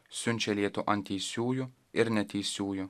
siunčia lietų ant teisiųjų ir neteisiųjų